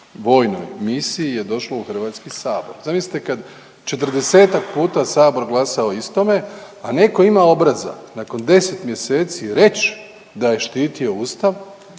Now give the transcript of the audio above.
vojnoj misiji je došlo u Hrvatski sabor. Zamislite kad 40-ak puta Sabor glasa o istome, a netko ima obraza nakon 10 mjeseci reći da je štitio Ustav,